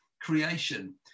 creation